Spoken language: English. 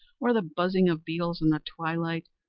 or the buzzing of beetles in the twilight,